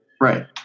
Right